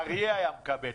אריה הוא היה מקבל.